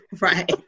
Right